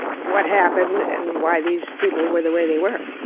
what happened and why these people were the way they were.